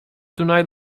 tonight